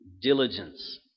diligence